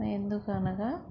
ఎందుకనగా